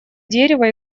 дерево